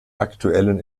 aktuellen